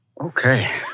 Okay